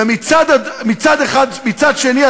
ומהצד השני,